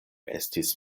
estis